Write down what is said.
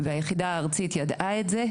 והיחידה הארצית ידעה את זה,